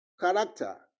character